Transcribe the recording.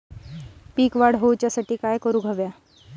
पीक वाढ होऊसाठी काय करूक हव्या?